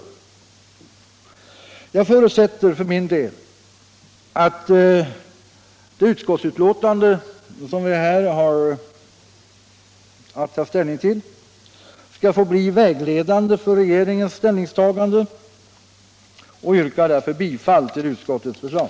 Jag förutsätter att det utskottsbetänkande som vi här har att ta ställning till skall få bli vägledande för regeringens ställningstagande och yrkar därför bifall till utskottets förslag.